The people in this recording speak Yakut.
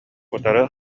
утары